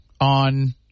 on